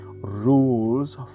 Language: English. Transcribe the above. Rules